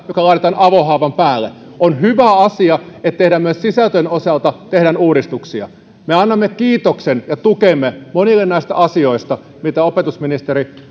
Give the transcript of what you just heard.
joka laitetaan avohaavan päälle on hyvä asia että myös sisältöjen osalta tehdään uudistuksia me annamme kiitoksen ja tukemme monille näistä asioista mitä opetusministeri